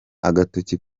agatoki